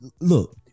look